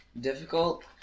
difficult